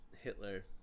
Hitler